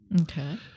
Okay